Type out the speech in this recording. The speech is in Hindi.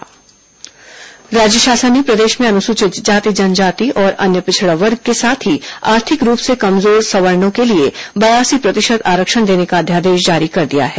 आरक्षण अध्यादेश राज्य शासन ने प्रदेश में अनुसूचित जाति जनजाति और अन्य पिछड़ा वर्ग के साथ ही आर्थिक रूप से कमजोर सवर्णो के लिए बयासी प्रतिशत आरक्षण देने का अध्यादेश जारी कर दिया है